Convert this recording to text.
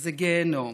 וזה גיהינום.